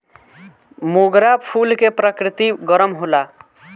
मोगरा फूल के प्रकृति गरम होला